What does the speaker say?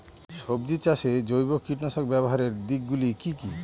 সবজি চাষে জৈব কীটনাশক ব্যাবহারের দিক গুলি কি কী?